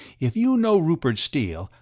if you know rupert steele,